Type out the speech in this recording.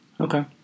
Okay